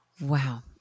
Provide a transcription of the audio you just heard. Wow